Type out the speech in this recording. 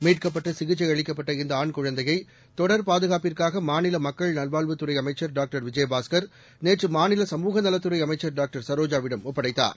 மீட்கப்பட்டு சிகிச்சை அளிக்கப்பட்ட இந்த ஆண் குழந்தையை தொடர் பாதுகாப்புக்காக மாநில மக்கள் நல்வாழ்வுத்துறை அமைச்சர் டாக்டர் விஜயபாஸ்கர் நேற்று மாநில சமூகநலத்துறை அமைச்சர் டாக்டர் சரோஜாவிடம் ஒப்படைத்தார்